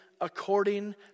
according